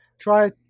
try